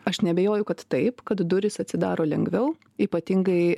aš neabejoju kad taip kad durys atsidaro lengviau ypatingai